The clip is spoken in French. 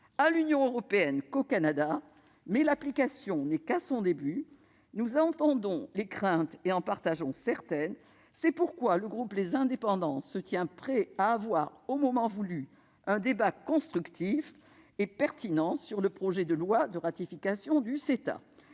à l'Union européenne qu'au Canada, mais son application n'en est qu'à son début. Nous entendons les craintes et nous en partageons certaines. C'est pourquoi le groupe Les Indépendants se tient prêt à avoir, au moment voulu, un débat constructif et pertinent sur le projet de loi autorisant la ratification du CETA.